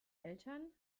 eltern